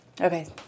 Okay